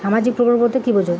সামাজিক প্রকল্প বলতে কি বোঝায়?